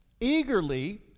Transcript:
eagerly